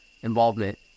involvement